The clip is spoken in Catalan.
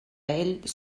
ell